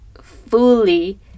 fully